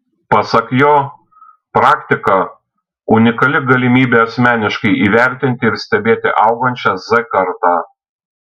pasak jo praktika unikali galimybė asmeniškai įvertinti ir stebėti augančią z kartą